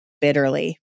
bitterly